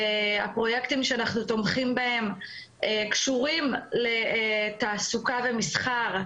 הפרויקטים שאנחנו תומכים בהם קשורים לתעסוקה ומסחר,